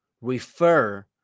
refer